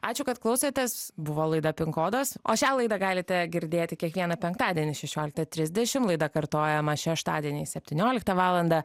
ačiū kad klausėtės buvo laida pin kodas o šią laidą galite girdėti kiekvieną penktadienį šešioliktą trisdešim laida kartojama šeštadieniais septynioliktą valandą